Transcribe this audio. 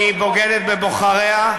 היא בוגדת בבוחריה.